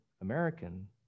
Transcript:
American